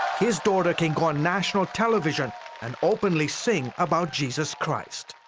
his daughter can go on national television and openly sing about jesus christ.